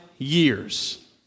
years